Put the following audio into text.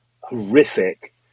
horrific